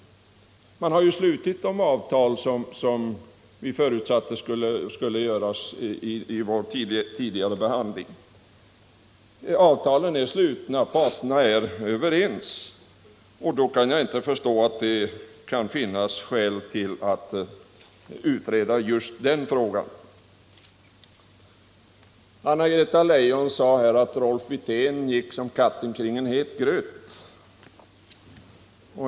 Man har ju slutit det avtal man förutsatte skulle slutas i vår tidigare behandling. Avtalen är slutna och parterna är överens. Då kan jag inte förstå att det finns skäl att utreda just den frågan. Anna-Greta Leijon sade att Rolf Wirtén gick som katten kring het gröt.